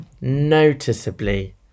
noticeably